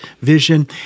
vision